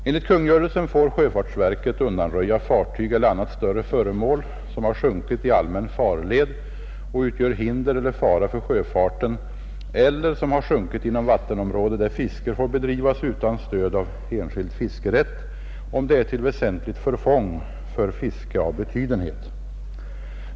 Enligt kungörelsen får sjöfartsverket undanröja fartyg eller annat större föremål som har sjunkit i allmän farled och utgör hinder eller fara för sjöfarten eller som har sjunkit inom vattenområde där fiske får bedrivas utan stöd av enskild fiskerätt om det är till väsentligt förfång för fiske av betydenhet.